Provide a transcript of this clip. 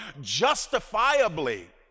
justifiably